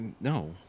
No